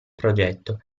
progetto